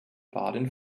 baden